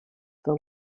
the